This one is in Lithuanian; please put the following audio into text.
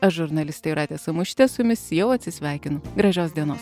aš žurnalistė jūratė samošytė su jumis jau atsisveikinu gražios dienos